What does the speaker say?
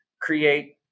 create